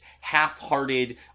half-hearted